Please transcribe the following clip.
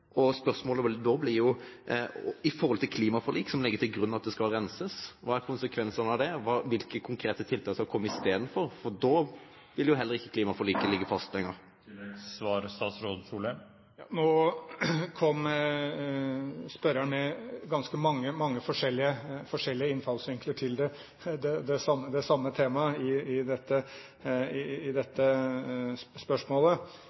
Spørsmålet da blir: I forhold til klimaforliket, som legger til grunn at det skal renses, hva er konsekvensene av det, og hvilke konkrete tiltak skal komme istedenfor? Da vil jo heller ikke klimaforliket ligge fast lenger. Nå kom spørreren med ganske mange forskjellige innfallsvinkler til det samme temaet i dette spørsmålet. Det viktigste her er å erkjenne at dette er internasjonalt helt i